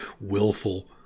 willful